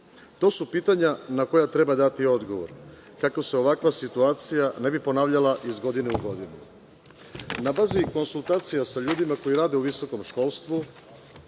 To su pitanja na koja treba dati odgovor, kako se ovakva situacija ne bi ponavljala iz godine u godinu. Na bazi konsultacija sa ljudima koji rade u visokom školstvu,